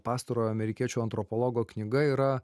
pastarojo amerikiečių antropologo knyga yra